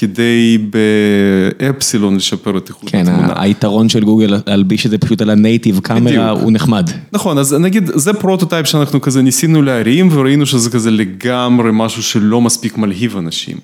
כדי באפסילון לשפר את איכות התמונה. היתרון של גוגל להלביש את זה פשוט על הנייטיב קאמרה הוא נחמד. נכון, אז נגיד זה פרוטוטייב שאנחנו כזה ניסינו להרים וראינו שזה כזה לגמרי משהו שלא מספיק מלהיב אנשים.